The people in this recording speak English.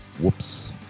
Whoops